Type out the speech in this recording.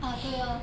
ah 对咯